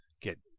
get